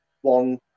One